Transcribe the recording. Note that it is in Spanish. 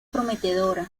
prometedora